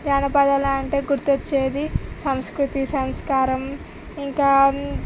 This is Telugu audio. జానపదాలు అంటే గుర్తొచ్చేది సంస్కృతి సంస్కారం ఇంకా